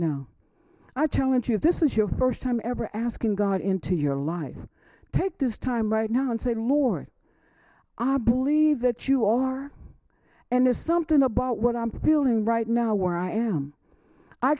now i challenge you this is your first time ever asking god into your life take his time right now and say lord i believe that you all are and there's something about what i'm feeling right now where i am i